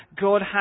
God